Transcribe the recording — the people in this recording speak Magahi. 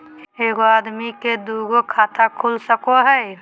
एक आदमी के दू गो खाता खुल सको है?